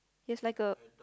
his like a